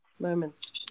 moments